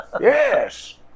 Yes